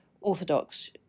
Orthodox